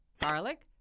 garlic